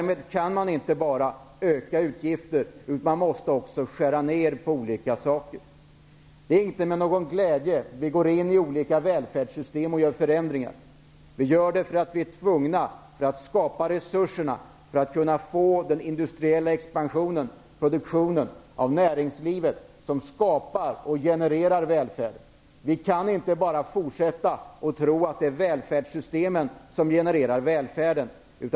Man kan inte bara öka utgifterna, utan man måste också skära ner på olika områden. Det är inte med någon glädje som vi går in i olika välfärdssystem och gör förändringar. Det gör vi för att vi är tvungna att skapa resurser för den industriella expansion som genererar välfärd. Man kan inte bara fortsätta att tro att det är välfärdssystemen som genererar välfärd.